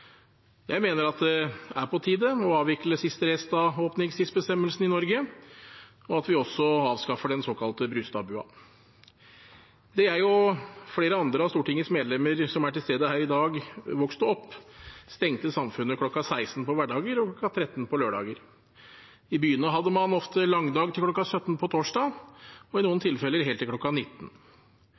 Jeg mener det er på tide å avvikle siste rest av åpningstidsbestemmelsene i Norge, og at vi også avskaffer den såkalte Brustad-bua. Da jeg og flere andre av Stortingets medlemmer som er til stede her i dag, vokste opp, stengte samfunnet kl. 16 på hverdager og kl. 13 på lørdager. I byene hadde man ofte langdag til kl. 17 på torsdager og i noen tilfeller helt til kl. 19.